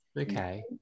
Okay